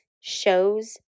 shows